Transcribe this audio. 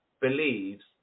believes